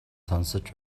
сонсож